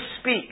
speak